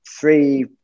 three